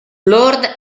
lord